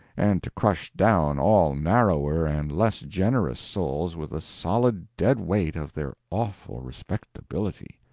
and to crush down all narrower and less generous souls with the solid dead weight of their awful respectability.